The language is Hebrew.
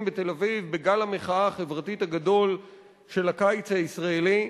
בתל-אביב בגל המחאה החברתית הגדול של הקיץ הישראלי,